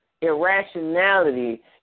irrationality